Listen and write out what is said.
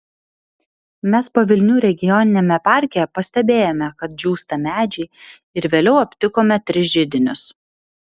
mes pavilnių regioniniame parke pastebėjome kad džiūsta medžiai ir vėliau aptikome tris židinius